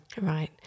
Right